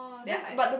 then I